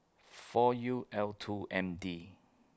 four U L two M D